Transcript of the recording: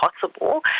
possible